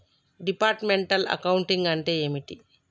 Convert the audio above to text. Departmental accounting అంటే ఏమిటి?